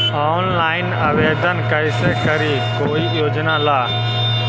Online आवेदन कैसे करी कोई योजना ला?